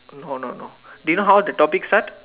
no no no do you know the topic start